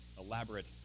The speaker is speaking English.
elaborate